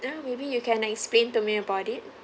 now maybe you can explain to me about it